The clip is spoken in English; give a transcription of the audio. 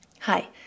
Hi